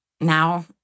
now